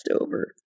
over